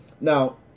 Now